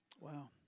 Wow